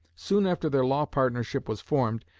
soon after their law-partnership was formed,